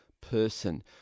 person